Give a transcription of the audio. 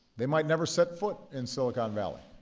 they might never set foot in silicon valley.